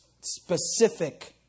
specific